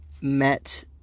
met